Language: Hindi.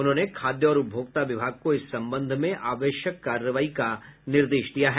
उन्होंने खाद्य और उपभोक्ता विभाग को इस संबंध में आवश्यक कार्रवाई का निर्देश दिया है